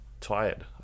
tired